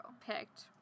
picked